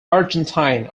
argentine